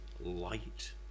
light